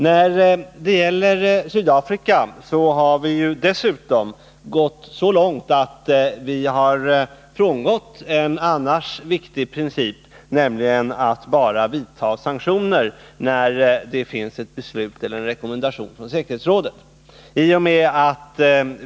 När det gäller Sydafrika har vi dessutom gått så långt att vi har frångått en annars viktig princip, nämligen att bara vidta sanktioner när det finns ett beslut eller en rekommendation från säkerhetsrådet.